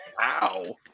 wow